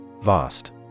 Vast